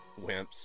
Wimps